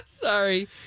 Sorry